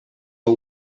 are